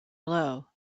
blow